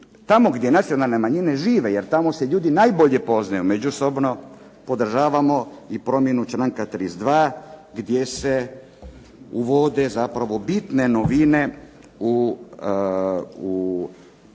tamo gdje nacionalne manjine žive, jer tamo se ljudi najbolje poznaju međusobno podržavamo i promjenu članka 32. gdje se uvode bitne novine u